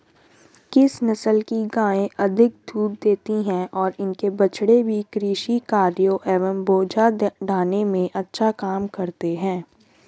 किस नस्ल की गायें अधिक दूध देती हैं और इनके बछड़े भी कृषि कार्यों एवं बोझा ढोने में अच्छा काम करते हैं?